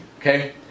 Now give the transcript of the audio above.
okay